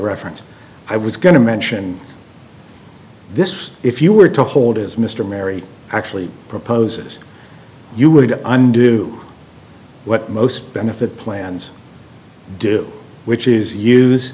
reference i was going to mention this if you were to hold as mr mary actually proposes you would undo what most benefit plans do which is use